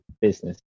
business